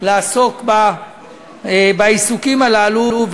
לעסוק בעיסוקים הללו.